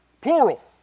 Plural